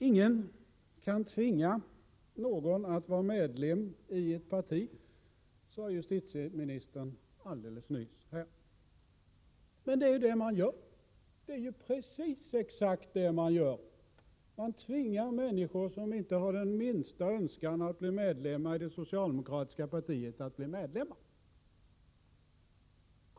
Ingen kan tvinga någon att vara medlem i ett parti, sade justitieministern alldeles nyss. Men det är ju precis det man gör. Man tvingar människor som inte har den minsta önskan att bli medlemmar i det socialdemokratiska partiet att bli det.